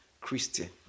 Christian